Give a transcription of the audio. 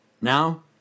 Now